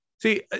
See